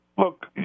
Look